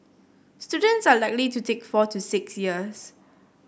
students are likely to take four to six years